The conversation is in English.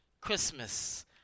Christmas